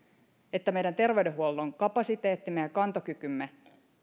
että meidän terveydenhuollon kapasiteettimme ja kantokykymme